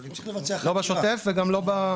אבל אם צריך לבצע חקירה --- לא בשוטף וגם לא ב...